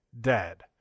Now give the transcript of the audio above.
dead